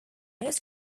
most